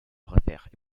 préfère